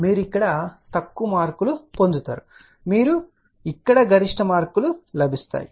మీరు ఇక్కడ తక్కువ మార్కులు పొందుతారు మరియు మీకు ఇక్కడ గరిష్ట మార్కులు లభిస్తాయి